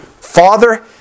father